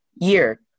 year